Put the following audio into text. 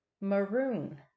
Maroon